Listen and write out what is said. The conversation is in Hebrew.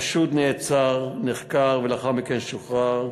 וחשוד נעצר, נחקר ולאחר מכן שוחרר.